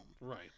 Right